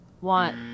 want